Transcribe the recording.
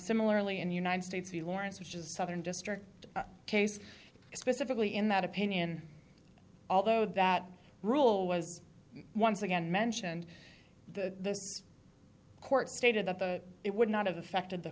similarly in the united states the lawrence which is a southern district case specifically in that opinion although that rule was once again mentioned the court stated that the it would not have affected the